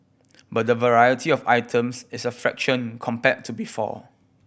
but the variety of items is a fraction compared to before